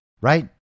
right